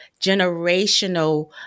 generational